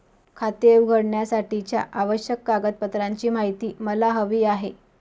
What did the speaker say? खाते उघडण्यासाठीच्या आवश्यक कागदपत्रांची माहिती मला हवी आहे